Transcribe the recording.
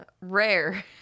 rare